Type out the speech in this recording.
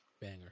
Banger